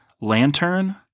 Lantern